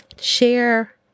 share